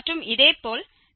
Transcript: மற்றும் இதேபோல் b1